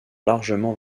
largement